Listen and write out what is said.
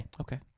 Okay